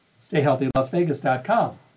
stayhealthylasvegas.com